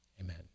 Amen